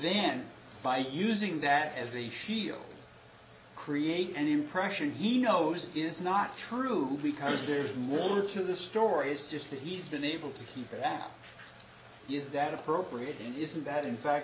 then by using that as a shield create an impression he knows is not true because there's more to the story is just that he's been able to keep that is that appropriate and isn't that in fact